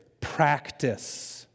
practice